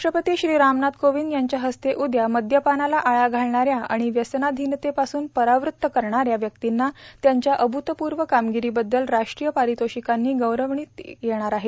राष्ट्रपती श्री रामनाथ कोविंद यांच्या हस्ते उद्या मद्यपानाला आळा धालणाऱ्या आणि व्यसनाधिनतेपासून परावृत्त करणाऱ्या व्यक्तींना त्यांच्या अभूतपूर्व कामगिरीबद्दल राष्ट्रीय पारितोषिकांनी गौरवान्वित केलं जाणार आहे